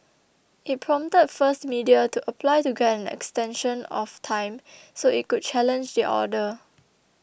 it prompted First Media to apply to get an extension of time so it could challenge the order